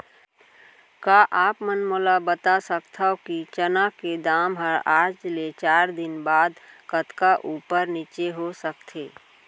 का आप मन मोला बता सकथव कि चना के दाम हा आज ले चार दिन बाद कतका ऊपर नीचे हो सकथे?